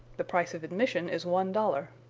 the price of admission is one dollar.